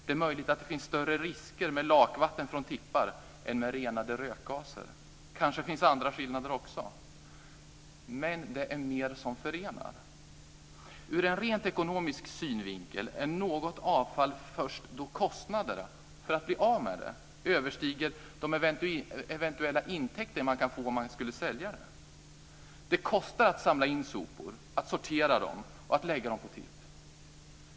Det är möjligt att det finns större risker med lakvatten från tippar än med renade rökgaser. Det kanske också finns andra skillnader. Men det är mer som förenar. Ur en rent ekonomisk synvinkel är något avfall först när kostnaderna för att bli av med det överstiger de eventuella intäkter man kan få om man skulle sälja det. Det kostar att samla in sopor, sortera dem och lägga dem på tipp.